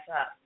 up